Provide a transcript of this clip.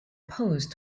opposed